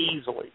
easily